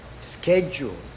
schedule